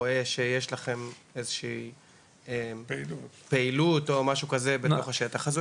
רואה שיש לכם איזו שהיא פעילות או משהו כזה בשטח הזה,